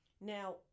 now